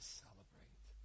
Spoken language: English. celebrate